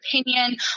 opinion